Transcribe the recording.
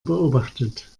beobachtet